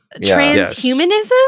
Transhumanism